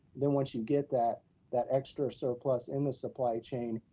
then once you get that that extra surplus in the supply chain,